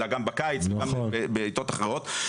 אלא גם בקיץ וגם בעתות אחרות.